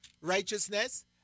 Righteousness